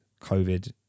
COVID